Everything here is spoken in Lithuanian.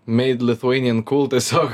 made lithuanian cool tiesiog